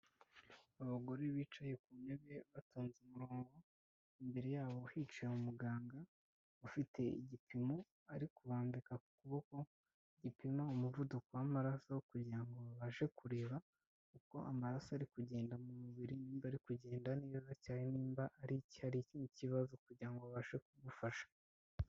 Abagore bicaye ku ntebe batonze umurongo, imbere yabo hicaye umuganga ufite igipimo ari kubandika ku kuboko. Gipima umuvuduko w'amaraso kugira ngo babashe kureba uko amaraso ari kugenda mu mubiri, niba ari kugenda neza cyangwa niba ari ikindi kibazo kugirango babashe kugufasha.